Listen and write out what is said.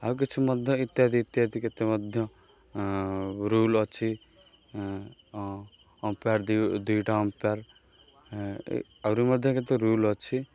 ଆଉ କିଛି ମଧ୍ୟ ଇତ୍ୟାଦି ଇତ୍ୟାଦି କେତେ ମଧ୍ୟ ରୁଲ୍ ଅଛି ଅମ୍ପେୟାର୍ ଦୁଇଟା ଅମ୍ପେୟାର୍ ଆହୁରି ମଧ୍ୟ କେତେ ରୁଲ୍ ଅଛି